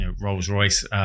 Rolls-Royce